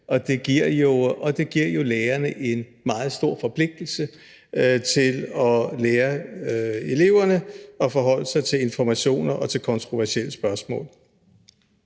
og det giver jo lærerne en meget stor forpligtelse til at lære eleverne at forholde sig til informationer og til kontroversielle spørgsmål.